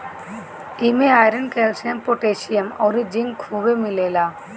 इमे iron, calcium, potassium अउरी zinc खुबे मिलेला